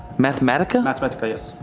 mathematica? mathematica, yes.